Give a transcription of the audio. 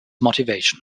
motivation